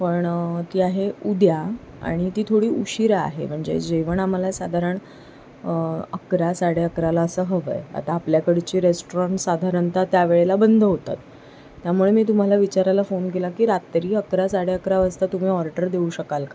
पण ती आहे उद्या आणि ती थोडी उशिरा आहे म्हणजे जेवण आम्हाला साधारण अकरा साडे अकराला असं हवं आहे आता आपल्याकडची रेस्टाॅरंट साधारणतः त्या वेळेला बंद होतात त्यामुळे मी तुम्हाला विचारायला फोन केला की रात्री अकरा साडे अकरा वाजता तुम्ही ऑर्डर देऊ शकाल का